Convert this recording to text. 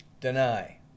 Deny